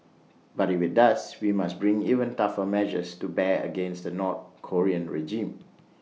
but if IT does we must bring even tougher measures to bear against the north Korean regime